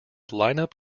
lineup